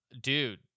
Dude